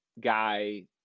guy